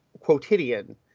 quotidian